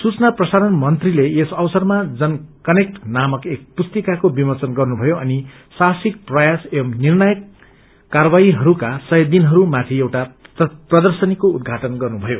सूचना प्रसारण मंत्रीले यस अवसरमा जन कनेक्ट नामक एक पुरितकाको विमोचन गर्नुभयो अनि साइसिक प्रयास एवमं निर्णायक कार्यवाहीहरूको सय दिनहरू माथि एउटा प्रर्दशनीको उद्घाटन गर्नुभयो